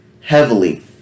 heavily